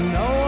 no